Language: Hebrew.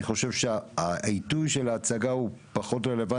אני חושב שהעיתוי של ההצגה הוא פחות רלוונטי.